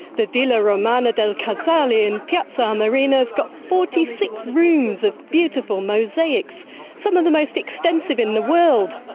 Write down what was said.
the villa romana del casale in piazza armerina has forty six rooms of beautiful mosaics, some of the most extensive in the world,